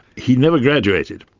he never graduated.